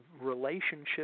relationship